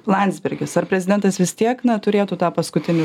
landsbergis ar prezidentas vis tiek na turėtų tą paskutinį